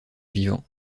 vivant